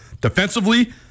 defensively